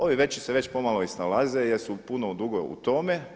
Ovi veći se već pomalo i snalaze jer su puno dugo u tome.